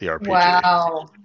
Wow